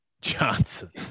Johnson